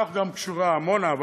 לכך גם קשורה עמונה,